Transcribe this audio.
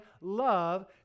love